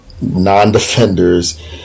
non-defenders